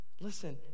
Listen